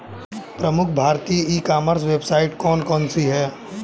प्रमुख भारतीय e commerce website कौन कौन सी हैं?